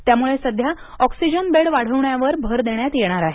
त्यामुळे सध्या ऑक्सिजन बेडवाढवण्यावर भर देण्यात येणार आहे